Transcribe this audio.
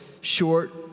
short